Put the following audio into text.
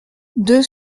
deux